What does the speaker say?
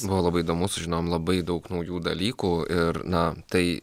buvo labai įdomu sužinojom labai daug naujų dalykų ir na tai